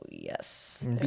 Yes